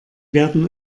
werden